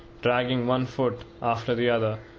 dragging one foot after the other,